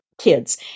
kids